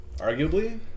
arguably